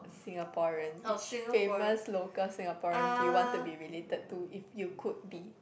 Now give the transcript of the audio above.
Singaporean which famous local Singaporean do you want to be related to if you could be